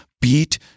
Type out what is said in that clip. beat